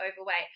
overweight